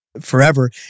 forever